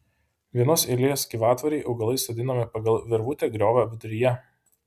vienos eilės gyvatvorei augalai sodinami pagal virvutę griovio viduryje